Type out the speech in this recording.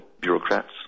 bureaucrats